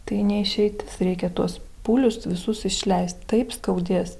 tai ne išeitis reikia tuos pūlius visus išleist taip skaudės